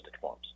forms